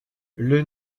les